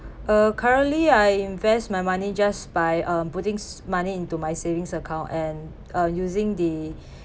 uh currently I invest my money just by um putting s~ money into my savings account and uh using the